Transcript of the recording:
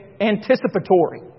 anticipatory